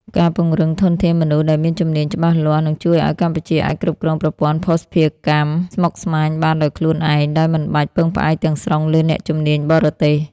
ការពង្រឹងធនធានមនុស្សដែលមានជំនាញច្បាស់លាស់ នឹងជួយឱ្យកម្ពុជាអាចគ្រប់គ្រងប្រព័ន្ធភស្តុភារកម្មស្មុគស្មាញបានដោយខ្លួនឯង ដោយមិនបាច់ពឹងផ្អែកទាំងស្រុងលើអ្នកជំនាញបរទេស។